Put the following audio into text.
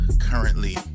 currently